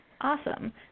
Awesome